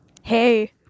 Hey